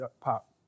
pop